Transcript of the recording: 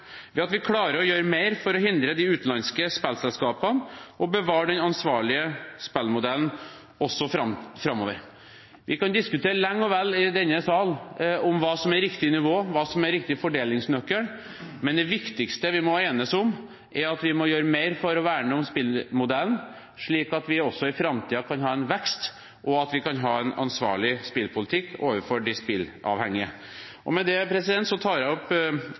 at vi klarer å gjøre mer for å hindre de utenlandske spillselskapene, og bevarer den ansvarlige spillmodellen også framover. Vi kan diskutere lenge og vel i denne sal om hva som er riktig nivå, hva som er riktig fordelingsnøkkel, men det viktigste vi må enes om, er at vi må gjøre mer for å verne om spillmodellen, slik at vi også i framtiden kan ha en vekst, og at vi kan ha en ansvarlig spillpolitikk overfor de spilleavhengige. Med det tar jeg opp Arbeiderpartiet og Kristelig Folkepartis felles forslag i innstillingen. Jeg tar også opp